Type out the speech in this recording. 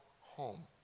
home